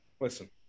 Listen